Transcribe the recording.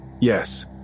yes